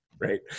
Right